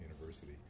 university